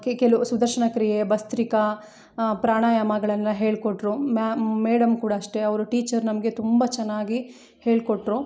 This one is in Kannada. ಕೆ ಕೆಲವು ಸುದರ್ಶನ ಕ್ರಿಯೆ ಭಸ್ತ್ರಿಕಾ ಪ್ರಾಣಾಯಾಮಗಳನ್ನು ಹೇಳ್ಕೊಟ್ರು ಮ್ಯಾ ಮೇಡಮ್ ಕೂಡ ಅಷ್ಟೇ ಅವ್ರು ಟೀಚರ್ ನಮಗೆ ತುಂಬ ಚೆನ್ನಾಗಿ ಹೇಳಿಕೊಟ್ರು